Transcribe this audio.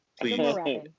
please